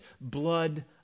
blood